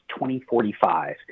2045